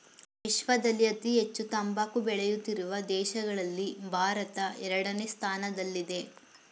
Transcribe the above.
ವಿಶ್ವದಲ್ಲಿ ಅತಿ ಹೆಚ್ಚು ತಂಬಾಕು ಬೆಳೆಯುತ್ತಿರುವ ದೇಶಗಳಲ್ಲಿ ಭಾರತ ಎರಡನೇ ಸ್ಥಾನದಲ್ಲಿದೆ